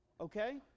Okay